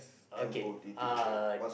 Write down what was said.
okay uh